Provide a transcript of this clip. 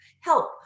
help